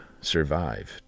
survive